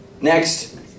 Next